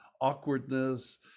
awkwardness